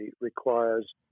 requires